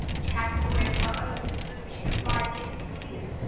she has a boy of her own, for whom she can buy gifts freely.